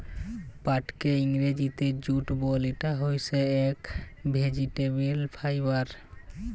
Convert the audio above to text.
পাটকে ইংরজিতে জুট বল, ইটা হইসে একট ভেজিটেবল ফাইবার